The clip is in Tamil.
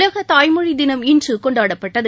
உலக தாய்மொழி தினம் இன்று கொண்டாடப்பட்டது